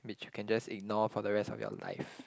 which you can just ignore for the rest of your life